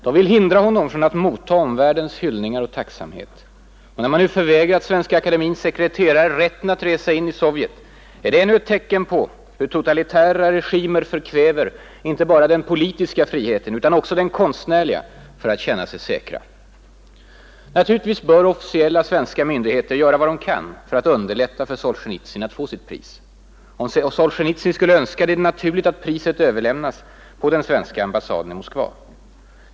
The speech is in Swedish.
De vill hindra honom från att motta omvärldens hyllningar och tacksamhet. När man nu förvägrat Svenska akademiens sekreterare rätten att resa in i Sovjet är det ännu ett tecken på hur totalitära regimer förkväver inte bara den politiska friheten utan också den konstnärliga för att känna sig säkra. Naturligtvis bör officiella svenska myndigheter göra vad de kan för att underlätta för Solzjenitsyn att få sitt pris. Om Solzjenitsyn skulle önska det är det naturligt att priset överlämnas på den svenska ambassaden i Moskva.